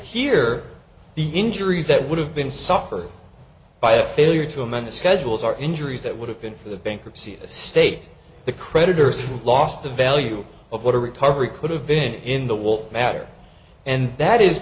here the injuries that would have been suffered by a failure to amend the schedules are injuries that would have been for the bankruptcy of the state the creditors who lost the value of what a recovery could have been in the wall matter and that is